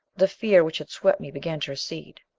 the fear which had swept me began to recede.